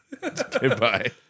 Goodbye